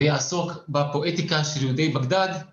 ויעסוק בפואטיקה של יהודי בגדד.